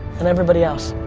and everybody else.